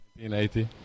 1980